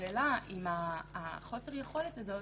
השאלה אם חוסר היכולת הזאת,